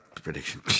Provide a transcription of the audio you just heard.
prediction